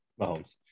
Mahomes